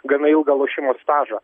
gana ilgą lošimo stažą